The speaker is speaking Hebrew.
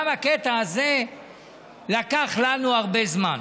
גם הקטע הזה לקח לנו הרבה זמן.